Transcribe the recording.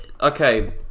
okay